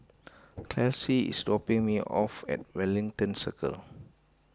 Kelsie is dropping me off at Wellington Circle